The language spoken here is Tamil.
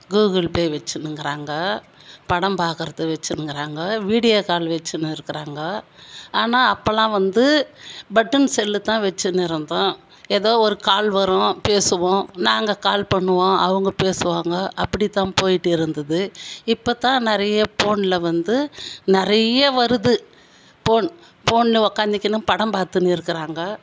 கூகுள்பே வச்சுன்னுங்குறாங்க படம் பார்க்குறதுக்கு வச்சுன்னுங்குறாங்க வீடியோ கால் வச்சுன்னுருக்குறாங்க ஆனால் அப்போல்லாம் வந்து பட்டன் செல்லு தான் வச்சுன்னுருந்தோம் ஏதோ ஒரு கால் வரும் பேசுவோம் நாங்க கால் பண்ணுவோம் அவங்க பேசுவாங்க அப்படிதான் போயிட்டு இருந்தது இப்போதான் நிறையா ஃபோனில் வந்து நிறைய வருது ஃபோன் ஃபோனில் உட்காந்துக்கின்னு படம் பார்த்துன்னு இருக்கிறாங்க